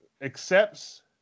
accepts